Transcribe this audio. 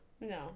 No